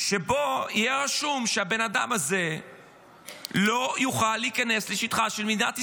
שבו יהיה רשום שהבן אדם הזה לא יוכל להיכנס לשטחה של מדינת ישראל.